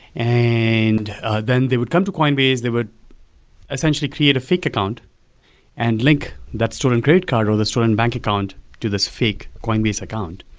and then they would come to coinbase, they would essentially create a fake account and link that stolen credit card or that stolen bank account to this fake coinbase account.